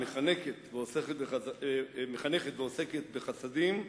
מחנכת ועוסקת בחסדים,